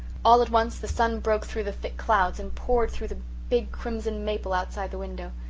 all at once the sun broke through the thick clouds and poured through the big crimson maple outside the window.